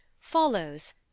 Follows